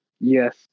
Yes